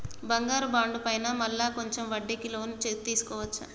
బంగారు బాండు పైన మళ్ళా కొంచెం వడ్డీకి లోన్ తీసుకోవచ్చా?